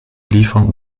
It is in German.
lieferung